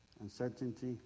uncertainty